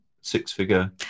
six-figure